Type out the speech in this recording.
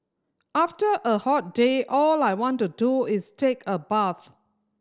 after a hot day all I want to do is take a bath